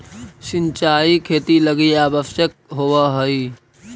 सिंचाई खेती लगी आवश्यक होवऽ हइ